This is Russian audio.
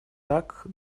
так